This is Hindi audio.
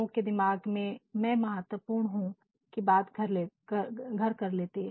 लोगो के दिमाग में मैं महत्वपूर्ण हूँ की बात घर कर लेती है